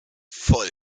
voll